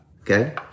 okay